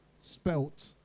spelt